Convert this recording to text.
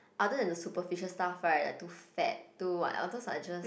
other than the superficial stuff right like too fat too what all those are just